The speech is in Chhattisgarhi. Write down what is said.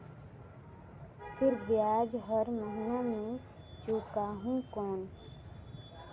फिर ब्याज हर महीना मे चुकाहू कौन?